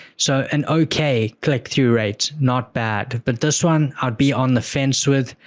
so, an okay click-through rate, not back, but this one i'll be on the fence with,